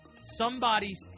somebody's